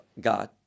God